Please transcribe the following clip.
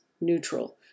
neutral